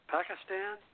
Pakistan